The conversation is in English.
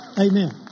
Amen